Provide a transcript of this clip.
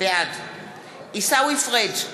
בעד עיסאווי פריג'